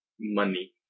money